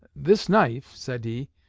this knife said he,